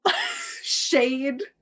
Shade